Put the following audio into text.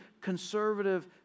conservative